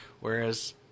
whereas